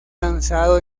lanzado